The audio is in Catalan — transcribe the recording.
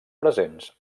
presents